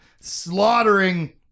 slaughtering